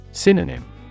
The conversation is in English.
Synonym